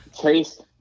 Chase